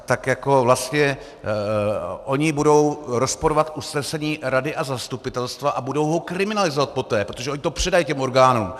Tak jako vlastně oni budou rozporovat usnesení rady a zastupitelstva a budou ho poté kriminalizovat, protože oni to předají těm orgánům.